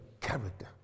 character